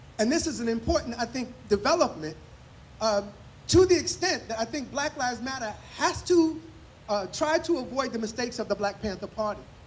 and this is an important, think, development um to the extent that i think black lives matter has to try to avoid the mistakes of the black panther party.